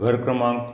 घर क्रमांक